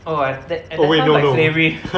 oh I that eh that sounds like slavery